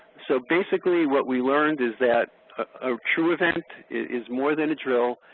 so basically what we learned is that a true event is more than a drill.